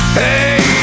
hey